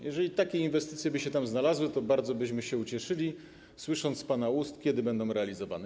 Jeżeli takie inwestycje by się tam znalazły, to bardzo byśmy się ucieszyli, słysząc z pana ust, kiedy będą realizowane.